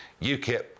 UKIP